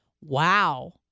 wow